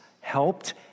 helped